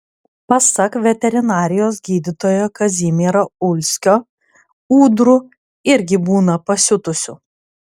pasak veterinarijos gydytojo kazimiero ulskio ūdrų irgi būna pasiutusių